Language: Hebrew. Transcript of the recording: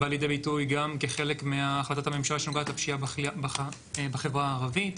זה בא לידי ביטוי גם כחלק מהחלטת הממשלה שנוגעת לפשיעה בחברה הערבית.